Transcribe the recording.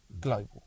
global